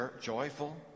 joyful